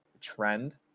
trend